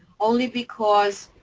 only because,